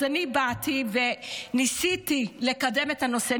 אז אני באתי וניסיתי לקדם את הנושא,